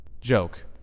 Joke